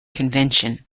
convention